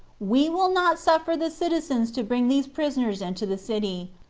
we will not suffer the citizens to bring these prisoners into the city,